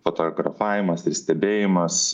fotografavimas ir stebėjimas